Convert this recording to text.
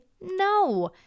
No